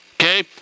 Okay